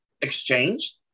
exchanged